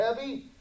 heavy